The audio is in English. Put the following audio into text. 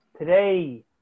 today